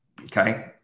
okay